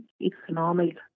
economic